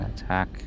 attack